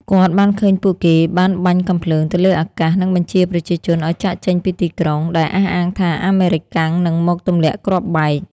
គាត់បានឃើញពួកគេបានបាញ់កាំភ្លើងទៅលើអាកាស និងបញ្ជាប្រជាជនឱ្យចាកចេញពីទីក្រុង ដោយអះអាងថាអាមេរិកាំងនឹងមកទម្លាក់គ្រាប់បែក។